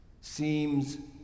seems